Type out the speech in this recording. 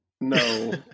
no